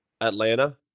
Atlanta